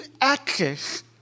access